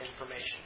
information